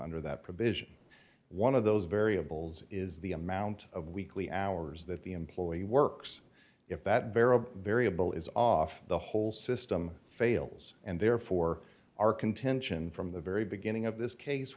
dollar of those variables is the amount of weekly hours that the employee works if that very variable is off the whole system fails and therefore our contention from the very beginning of this case